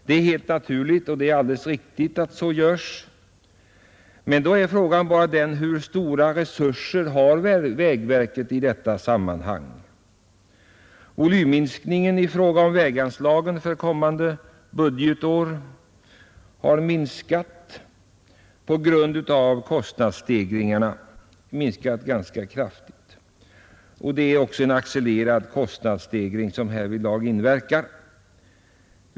Det är helt naturligt och helt riktigt. Men då är frågan: Hur stora resurser har vägverket i detta sammanhang? Väganslagens volym för kommande budgetår har minskat ganska kraftigt på grund av kostnadsstegringarna; det är också en accelererad kostnadsstegring som härvidlag inverkar.